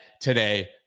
today